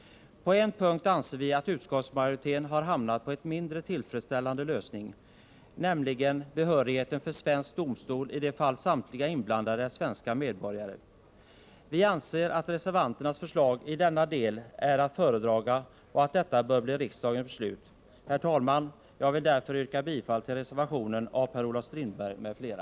På en punkt anser vi att utskottsmajoriteten har valt en mindre tillfredsställande lösning, nämligen i fråga om behörigheten för svensk domstol i de fall samtliga inblandade är svenska medborgare. Vi anser att reservanternas förslag i denna del är att föredra och att det bör bli riksdagens beslut. Herr talman! Jag vill därför yrka bifall till reservationen av Per-Olof Strindberg m.fl.